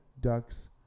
Ducks